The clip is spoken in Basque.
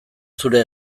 zure